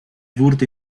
wurde